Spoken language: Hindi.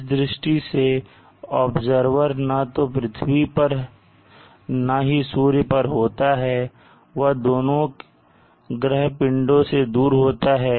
इस दृष्टि से ऑब्जर्वर ना तो पृथ्वी पर ना ही सूर्य पर होता है वह इन दोनों ग्रह पिंडों से दूर होता है